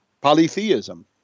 polytheism